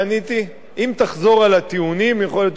אם תחזור על הטיעונים יכול להיות שאני מיותר,